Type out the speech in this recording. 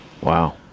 wow